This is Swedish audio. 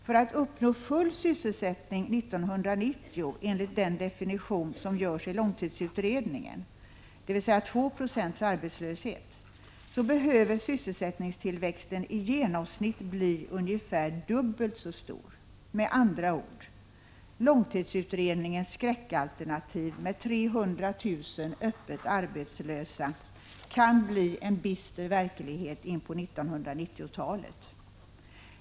För att full sysselsättning skall uppnås 1990 enligt den definition som görs i långtidsutredningen, dvs. 2 90 arbetslöshet, behöver sysselsättningstillväxten i genomsnitt bli ungefär dubbelt så stor. Med andra ord: Långtidsutredningens skräckalternativ med 300 000 öppet arbetslösa kan bli en bister verklighet in på 1990-talet.